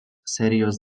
serijos